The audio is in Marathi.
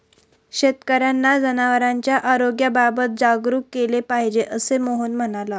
शेतकर्यांना जनावरांच्या आरोग्याबाबत जागरूक केले पाहिजे, असे मोहन म्हणाला